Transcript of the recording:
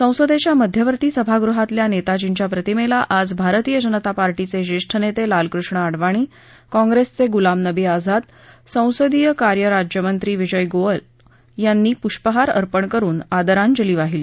संसदेच्या मध्यवर्ती सभागृहातल्या नेताजींच्या प्रतिमेला आज भारतीय जनता पार्टीचे ज्येष्ठ नेते लालकृष्ण अडवाणी काँप्रेसचे गुलाम नबी आझाद संसदीय कार्य राज्यमंत्री विजय गोयल यांनी पुष्पहार अर्पण करुन आदरांजली वाहिली